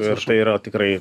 ir tai yra tikrai